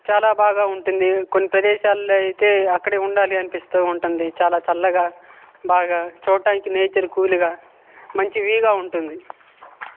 చాలా బాగా ఉంటుంది కొన్ని ప్రదేశాల్లో అయితే అక్కడే ఉండాలి అనిపిస్తూ ఉంటుంది చాలా చల్లగా బాగా చూడటానికి నేచర్ కూల్గా మంచి వ్యూగా ఉంటుంది